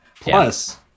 plus